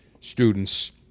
students